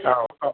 औ औ